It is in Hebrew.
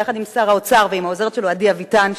ביחד עם שר האוצר ועם העוזרת שלו עדי אביטן,